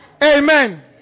Amen